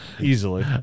Easily